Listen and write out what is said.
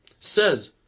says